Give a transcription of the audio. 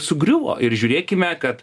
sugriuvo ir žiūrėkime kad